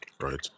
right